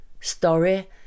story